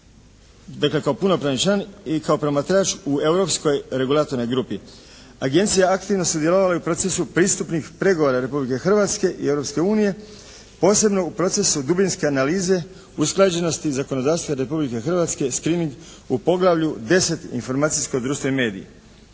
dakle kao punopravni član i kao promatrač u europskoj regulatornoj grupi. Agencija je aktivno sudjelovala i u procesu pristupnih pregovora Republike Hrvatske i Europske unije posebno u procesu dubinske analize usklađenosti zakonodavstva Republike Hrvatske screening u poglavlju 10. – informatičko društvo i mediji.